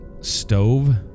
stove